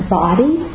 body